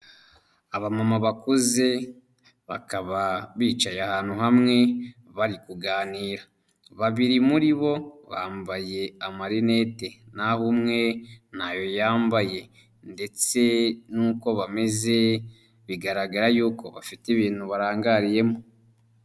Abamama bakuze bakaba bicaye ahantu hamwe bari kuganira, babiri muri bo bambaye amarinete n'aho umwe ntayo yambaye ndetse n'uko bameze bigaragara yuko bafite ibintu barangariyemo.